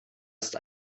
ist